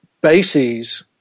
bases